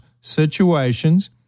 situations